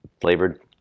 flavored